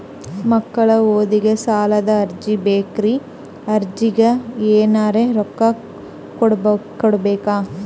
ಮಕ್ಕಳ ಓದಿಗಿ ಸಾಲದ ಅರ್ಜಿ ಬೇಕ್ರಿ ಅರ್ಜಿಗ ಎನರೆ ರೊಕ್ಕ ಕೊಡಬೇಕಾ?